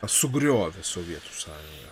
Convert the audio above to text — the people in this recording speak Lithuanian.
sugriovė sovietų sąjungą